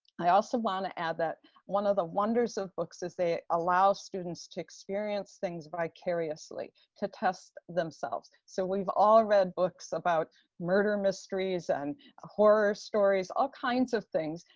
i also want to add that one of the wonders of books is they allow students to experience things vicariously, to test themselves. so we've all read books about murder mysteries and ah horror stories, all kinds of things,